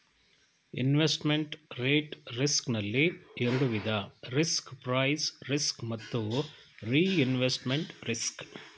investment rate risk ನಲ್ಲಿ ಎರಡು ವಿಧ ರಿಸ್ಕ್ ಪ್ರೈಸ್ ರಿಸ್ಕ್ ಮತ್ತು ರಿಇನ್ವೆಸ್ಟ್ಮೆಂಟ್ ರಿಸ್ಕ್